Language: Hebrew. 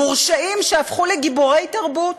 מורשעים שהפכו לגיבורי תרבות,